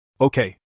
Okay